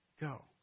go